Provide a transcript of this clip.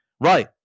right